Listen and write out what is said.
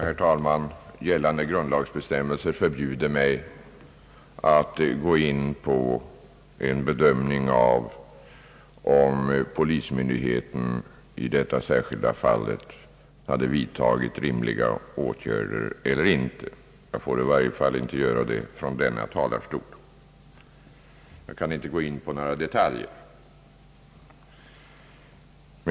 Herr talman! Gällande grundlagsbestämmelser förbjuder mig att gå in på en bedömning av frågan om polismyndigheten i detta särskilda fall hade vidtagit rimliga åtgärder eller inte. Jag får i varje fall inte göra det från denna talarstol. Jag kan inte gå in på några detaljer.